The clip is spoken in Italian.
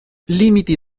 limiti